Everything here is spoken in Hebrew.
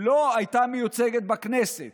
היא לא הייתה מיוצגת בכנסת.